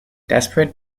desperate